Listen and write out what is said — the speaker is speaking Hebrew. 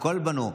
על הכול בנו.